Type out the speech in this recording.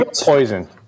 Poison